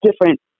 different